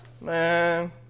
man